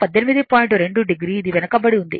2 o ఇది వెనుకబడి ఉంది